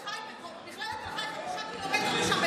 מכללת תל חי 5 קילומטרים משם,